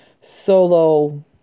solo